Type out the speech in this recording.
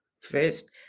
first